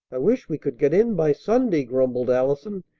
i wish we could get in by sunday, grumbled allison.